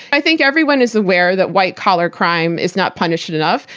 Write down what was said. i think everyone is aware that white-collar crime is not punished enough.